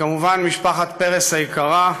וכמובן משפחת פרס היקרה: